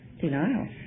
Denial